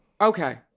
Okay